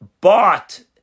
bought